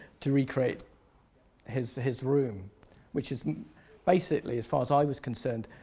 to recreate his his room which is basically as far as i was concerned,